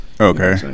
Okay